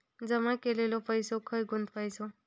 जमा केलेलो पैसो खय गुंतवायचो?